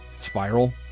spiral